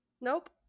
nope